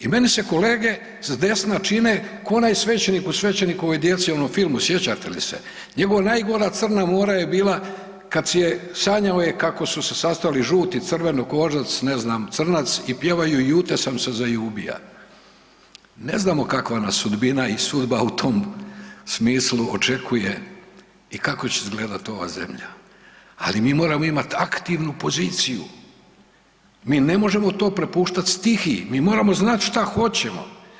I meni se kolege s desna čine ko onaj svećenik u Svećenikovoj djeci onom filmu, sjećate li se, njegova najgora crna mora je bila kad si je, sanjao je kako su se sastali žuti, crvenokožac ne znam crnac i pjevaju „ju te sam se zajubija“, ne znamo kakva nas sudbina i sudba u tom smislu očekuje i kako će izgledati ova zemlja, ali mi moramo imati aktivnu poziciju, mi ne možemo to prepuštati stihiji, mi moramo znati šta hoćemo.